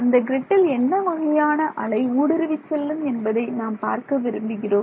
அந்த கிரிட்டில் என்ன வகையான அலை ஊடுருவிச் செல்லும் என்பதை நாம் பார்க்க விரும்புகிறோம்